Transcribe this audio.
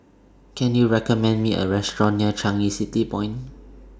Can YOU recommend Me A Restaurant near Changi City Point